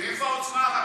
איפה העוצמה הרכה?